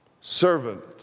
servant